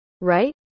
right